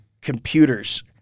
computers